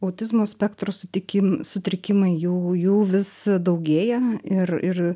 autizmo spektro sutikim sutrikimai jų jų vis daugėja ir ir